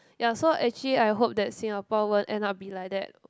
ya so actually I hope that Singapore won't end up be like that